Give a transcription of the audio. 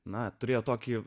na turėjo tokį